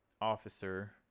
officer